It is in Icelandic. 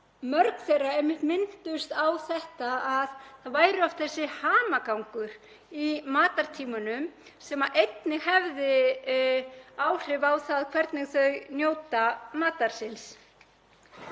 mörg þeirra einmitt minntust á að það væri oft þessi hamagangur í matartímanum sem einnig hefði áhrif á það hvernig þau njóta matar síns.